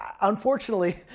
unfortunately